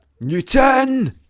Newton